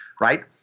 Right